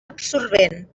absorbent